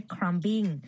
Crumbing